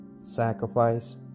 sacrifice